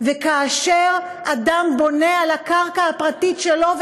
וכאשר אדם בונה על הקרקע הפרטית שלו,